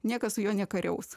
niekas su juo nekariaus